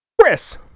chris